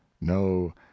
no